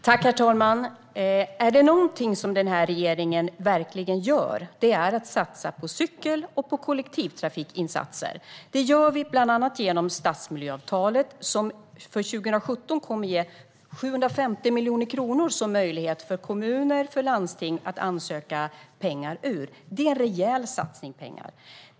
Herr talman! Om det är någonting som den här regeringen verkligen gör är det att satsa på cykling och på kollektivtrafikinsatser. Det gör vi bland annat genom stadsmiljöavtalet, som för 2017 kommer att ge 750 miljoner kronor som kommuner och landsting kan söka pengar från. Det är en rejäl satsning.